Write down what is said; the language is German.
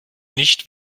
nicht